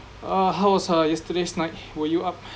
uh how's uh yesterday's night were you up